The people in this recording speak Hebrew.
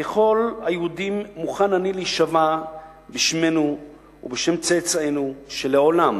ככל היהודים מוכן אני להישבע בשמנו ובשם צאצאינו שלעולם